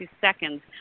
seconds